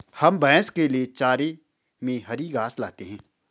हम भैंस के लिए चारे में हरी घास लाते हैं